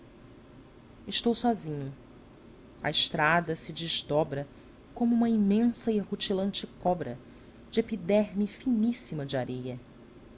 estou sozinho a estrada se desdobra como uma imensa e rutilante cobra de epiderfe finíssima de areia